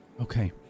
Okay